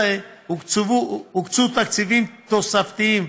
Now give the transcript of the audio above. הוקצו תקציבים תוספתיים